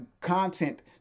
content